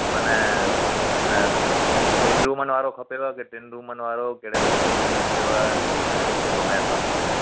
माना माना ॿिनि रूमनि वारो खपेव की टे रुमनि वारो कहिड़े नमूने कीअं खपेव मनां त हुनजे हिसाब सां तव्हां